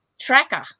tracker